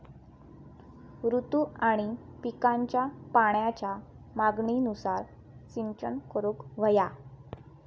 ऋतू आणि पिकांच्या पाण्याच्या मागणीनुसार सिंचन करूक व्हया